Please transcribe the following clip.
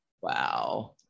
wow